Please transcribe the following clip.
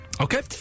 Okay